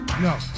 No